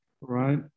right